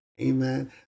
Amen